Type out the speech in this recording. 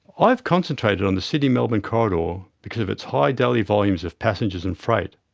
i have concentrated on the sydney melbourne corridor because of its high daily volumes of passengers and freight.